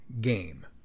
game